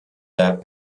that